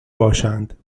باشند